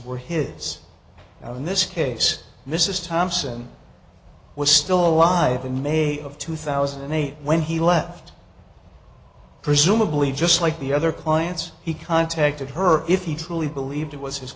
were his now in this case mrs thomson was still alive in may of two thousand and eight when he left presumably just like the other clients he contacted her if he truly believed it